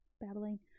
battling